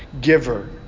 giver